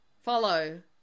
follow